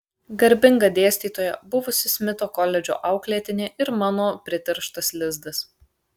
garbinga dėstytoja buvusi smito koledžo auklėtinė ir mano priterštas lizdas